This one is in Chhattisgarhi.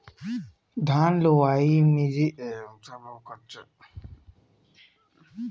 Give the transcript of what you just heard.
धान लुवई मिंजई के बूता ह बनिहार भरोसा तो आय